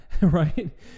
Right